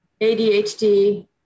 ADHD